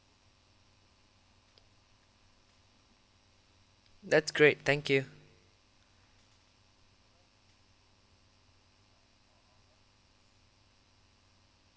that's great thank you